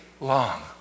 long